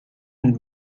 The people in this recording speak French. une